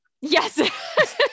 Yes